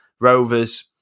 Rovers